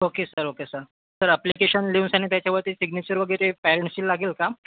okay sir okay sir sir application लिहूनसनी तेच्यावरती signature वगैरे पॅरेंट्सची लागेल का